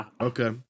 okay